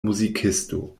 muzikisto